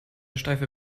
steife